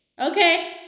Okay